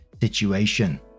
situation